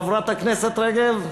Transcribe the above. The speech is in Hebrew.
חברת הכנסת רגב?